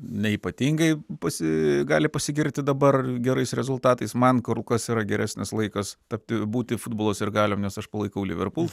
neypatingai pasi gali pasigirti dabar gerais rezultatais man karukas yra geresnis laikas tapti būti futbolo sirgaliam nes aš palaikau liverpool